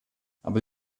aber